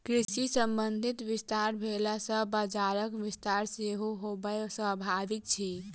कृषि संबंधी विस्तार भेला सॅ बजारक विस्तार सेहो होयब स्वाभाविक अछि